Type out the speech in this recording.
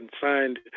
signed